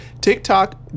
TikTok